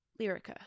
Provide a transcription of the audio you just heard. lyrica